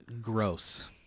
Gross